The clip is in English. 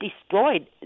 destroyed